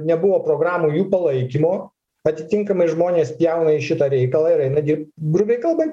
nebuvo programų jų palaikymo atitinkamai žmonės spjauna į šitą reikalą ir aina dirpt grubiai kalbant